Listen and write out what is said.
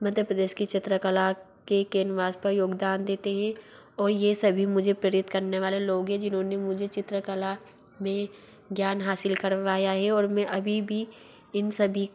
मध्य प्रदेश की चित्रकला के केनवास पर योगदान देते हैं और ये सभी मुझे प्रेरित करने वाले लोग हैं जिन्होंने मुझे चित्रकला में ज्ञान हासिल करवाया है और में अभी भी इन सभी